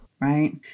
Right